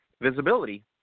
visibility